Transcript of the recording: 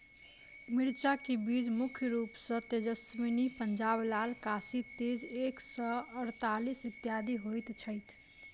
मिर्चा केँ बीज मुख्य रूप सँ तेजस्वनी, पंजाब लाल, काशी तेज एक सै अड़तालीस, इत्यादि होए छैथ?